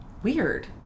weird